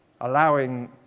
allowing